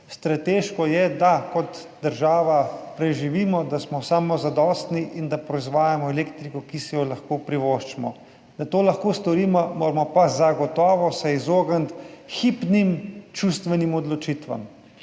Strateško je, da kot država preživimo, da smo samozadostni in da proizvajamo elektriko, ki si jo lahko privoščimo. Da to lahko storimo, se moramo pa zagotovo izogniti hipnim čustvenim odločitvam.